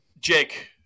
Jake